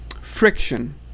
friction